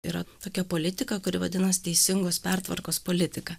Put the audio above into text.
yra tokia politika kuri vadinas teisingos pertvarkos politika